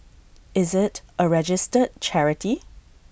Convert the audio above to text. is IT A registered charity